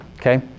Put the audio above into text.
okay